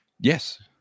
Yes